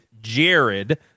Jared